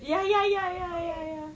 ya ya ya ya ya ya